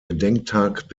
gedenktag